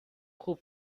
خوب